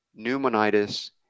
pneumonitis